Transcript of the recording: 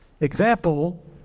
example